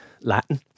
Latin